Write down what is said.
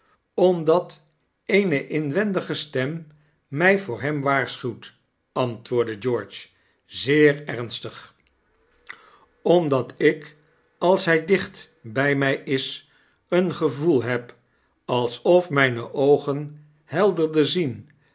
omdat eene inwendige stem mij voor hem waarschuwt antwoordde george zeer ernstig de valsche fbangchman omdat ik als hy dicht by mij is eengevoel heb alsof mijne oogen helderder zien